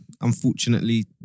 Unfortunately